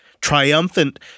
triumphant